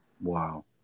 Wow